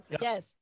Yes